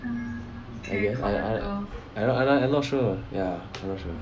I I I I'm not sure ya I'm not sure